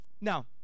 Now